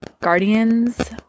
guardians